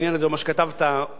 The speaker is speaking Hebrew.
לא עונה על השאלה שלי.